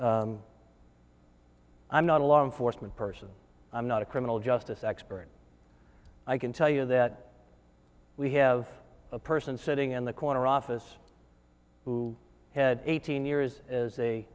i'm not alone foresman person i'm not a criminal justice expert i can tell you that we have a person sitting in the corner office who had eighteen years as a